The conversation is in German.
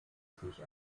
sich